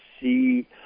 see